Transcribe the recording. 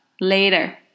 later